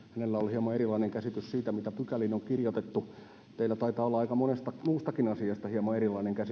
hieman erilainen käsitys siitä mitä pykäliin on kirjoitettu teillä taitaa olla aika monesta muustakin asiasta hieman erilainen käsitys